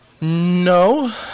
No